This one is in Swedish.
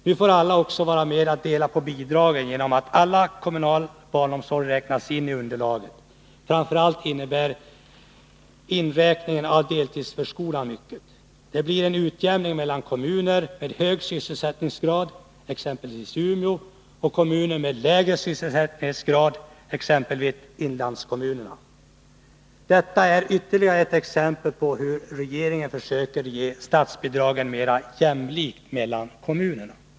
Nu får alla också vara med och dela på bidragen genom att all kommunal barnomsorg räknas in i underlaget — framför allt innebär inräkningen av deltidsförskolan mycket. Det blir en utjämning mellan kommuner med hög sysselsättningsgrad, exempelvis Umeå, och kommuner med lägre sysselsättningsgrad, exempelvis inlandskommunerna. Detta är ytterligare ett exempel på hur regeringen försöker fördela statsbidragen mer jämlikt mellan kommunerna.